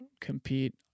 compete